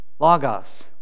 Logos